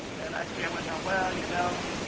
and i share with them, well, you know,